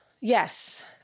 Yes